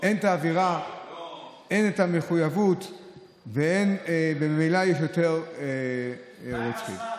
אין את המחויבות, וממילא יש יותר רוצחים.